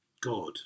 God